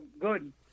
good